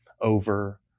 over